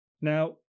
Now